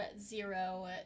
zero